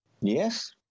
Yes